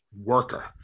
worker